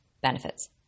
benefits